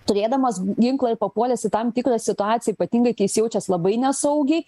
turėdamas ginklą ir papuolęs į tam tikrą situaciją ypatingai kai jis jaučiasi labai nesaugiai